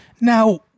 Now